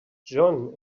john